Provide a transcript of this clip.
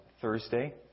Thursday